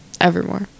Evermore